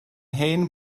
hen